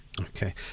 Okay